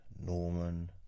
Norman